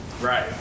Right